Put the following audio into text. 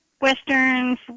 westerns